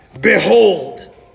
Behold